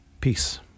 Peace